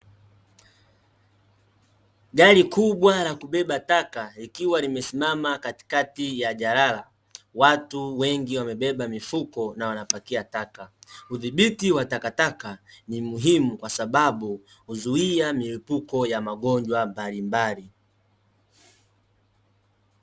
Gari kubwa la kubeba taka, likiwa limesimama katikati ya jalala, watu wengi wamebeba mifuko na wanapakia taka. Udhibiti wa takataka ni muhimu kwasabau huzuia milipuko ya magonjwa mbalimbali.